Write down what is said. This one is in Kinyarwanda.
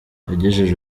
yagejeje